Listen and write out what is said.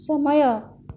ସମୟ